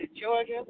Georgia